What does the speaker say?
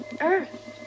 earth